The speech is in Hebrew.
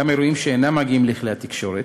גם אירועים שאינם מגיעים לכלי התקשורת,